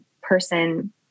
person